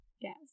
Yes